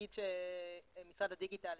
אגיד שמשרד הדיגיטל,